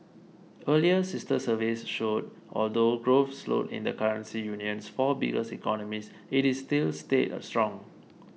earlier sister surveys showed although growth slowed in the currency union's four biggest economies it is still stayed strong